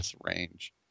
range